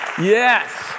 Yes